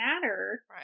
matter